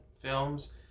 films